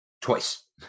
twice